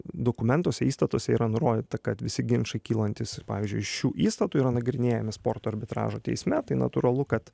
dokumentuose įstatuose yra nurodyta kad visi ginčai kylantys pavyzdžiui iš šių įstatų yra nagrinėjami sporto arbitražo teisme tai natūralu kad